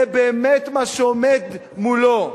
זה באמת מה שעומד מולו.